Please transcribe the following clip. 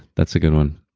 that's a good one.